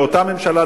לאותה ממשלה,